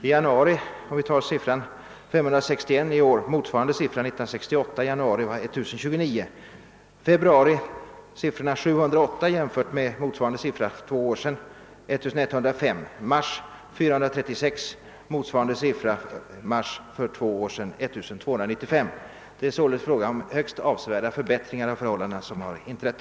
I januari i år var antalet ordningsingripanden 561, motsvarande siffra för 1968 var 1 029, för februari var siffran för i år 708 jämfört med motsvarande siffra för två år sedan 1105, för mars är det 436 respektive 1295. Det är således högst avsevärda förbättringar av förhållandena som har inträtt.